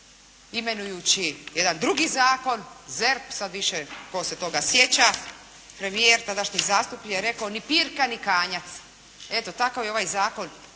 imenujući jedan drugi zakon ZERP, sad tko se toga više sjeća, premijer, tadašnji zastupnik je rekao ni pirka ni kanjac. Eto tako je i ovaj zakon